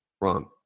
wrong